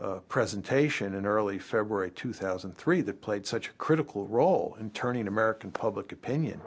presentation in early february two thousand and three that played such a critical role all and turning american public opinion